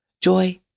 joy